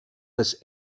das